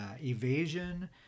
evasion